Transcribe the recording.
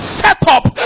setup